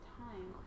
time